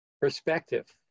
perspective